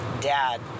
dad